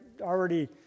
already